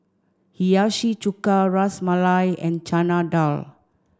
Hiyashi Chuka Ras Malai and Chana Dal